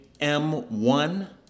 M1